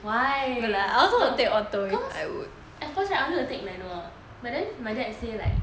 why no cos you know at first right I wanted to take manual but then my dad say like